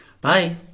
Bye